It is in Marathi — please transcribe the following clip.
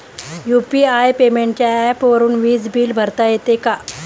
यु.पी.आय पेमेंटच्या ऍपवरुन वीज बिल भरता येते का?